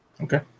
Okay